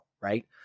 Right